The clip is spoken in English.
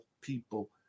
people